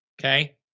Okay